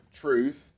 truth